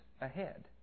ahead